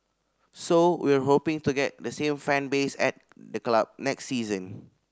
so we're hoping to get the same fan base at the club next season